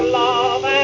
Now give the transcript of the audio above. love